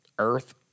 earth